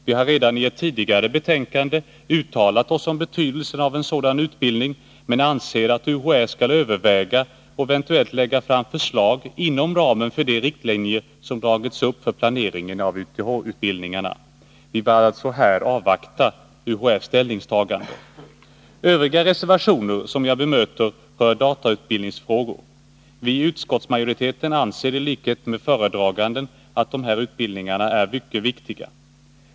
Vi har redan i ett tidigare betänkande uttalat oss om betydelsen av en sådan utbildning men anser att UHÄ skall överväga och eventuellt lägga fram förslag inom ramen för de riktlinjer som dragits upp för planeringen av YTH utbildningarna. Vi bör alltså här avvakta UHÄ:s ställningstagande. Övriga reservationer som jag bemöter rör datautbildningsfrågor. Vi i utskottsmajoriteten anser i likhet med föredraganden att dessa utbildningar är mycket viktiga.